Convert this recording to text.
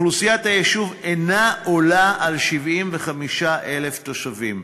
אוכלוסיית היישוב אינה עולה על 75,000 תושבים,